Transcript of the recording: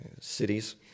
cities